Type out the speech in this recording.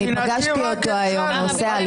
אני פגשתי אותו היום עושה הליכה.